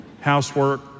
Housework